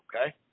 okay